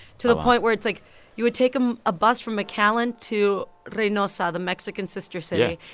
to the point where it's like you would take um a bus from mcallen to reynosa, the mexican sister city.